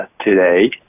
today